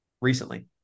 recently